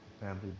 family